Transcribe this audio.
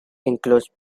included